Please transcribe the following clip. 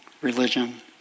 religion